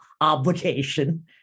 obligation